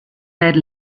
bed